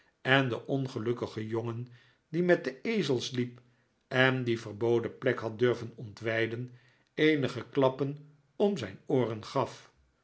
en den ongelukkigen jongen die met de ezels hep en die verboden plek had durven ontwijden eenige klappen om zijn ooren gaf